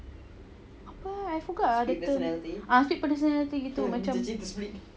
apa I forgot ah split personality gitu macam